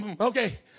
okay